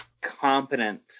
competent